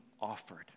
offered